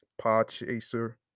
Podchaser